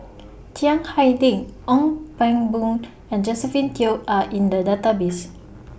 Chiang Hai Ding Ong Pang Boon and Josephine Teo Are in The Database